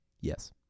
Yes